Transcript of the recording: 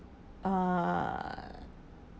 err